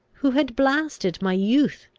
who had blasted my youth,